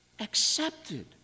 accepted